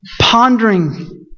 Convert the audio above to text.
pondering